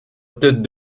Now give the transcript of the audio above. tête